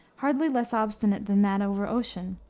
hardly less obstinate than that over ossian,